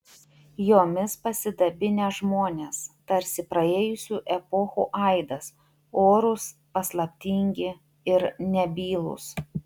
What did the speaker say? jomis pasidabinę žmonės tarsi praėjusių epochų aidas orūs paslaptingi ir nebylūs